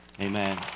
amen